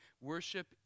Worship